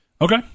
okay